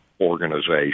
organization